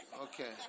Okay